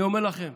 אני אומר לכם,